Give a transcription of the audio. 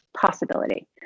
possibility